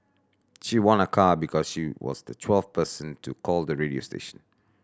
she won a car because she was the twelfth person to call the radio station